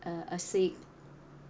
uh Asics